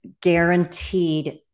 guaranteed